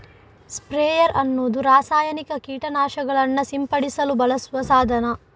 sprayer ಅನ್ನುದು ರಾಸಾಯನಿಕ ಕೀಟ ನಾಶಕಗಳನ್ನ ಸಿಂಪಡಿಸಲು ಬಳಸುವ ಸಾಧನ